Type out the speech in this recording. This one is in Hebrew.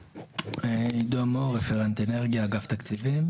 עידו מור, רפרנט אנרגיה, אגף תקציבים.